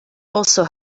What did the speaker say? also